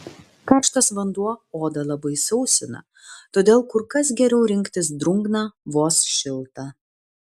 karštas vanduo odą labai sausina todėl kur kas geriau rinktis drungną vos šiltą